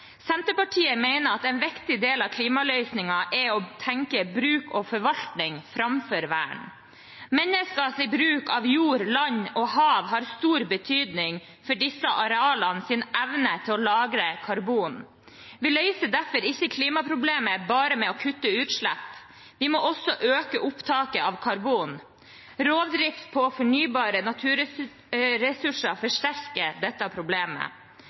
Senterpartiet mener at en viktig del av klimaløsningen er å tenke bruk og forvaltning framfor vern. Menneskers bruk av jord, land og hav har stor betydning for disse arealenes evne til å lagre karbon. Vi løser derfor ikke klimaproblemet bare med å kutte utslipp. Vi må også øke opptaket av karbon. Rovdrift på fornybare naturressurser forsterker dette problemet.